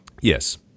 Yes